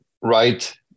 right